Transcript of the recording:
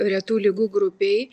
retų ligų grupei